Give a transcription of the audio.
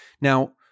Now